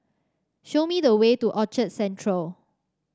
show me the way to Orchard Central